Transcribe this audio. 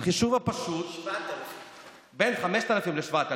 7,000. בין 5,000 ל-7,000.